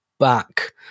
back